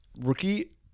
rookie